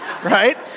Right